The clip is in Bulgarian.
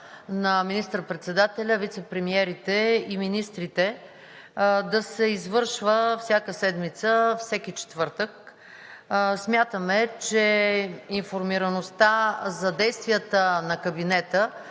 министър-председателя, вицепремиерите и министрите да се извършва всяка седмица – всеки четвъртък. Смятаме, че информираността за действията на кабинета